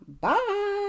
bye